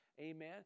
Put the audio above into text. amen